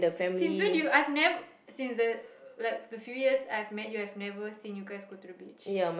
since when did you I've never since the like the few years I've met you I've never seen you guys go to the beach